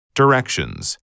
Directions